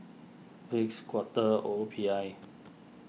Vicks Quaker O P I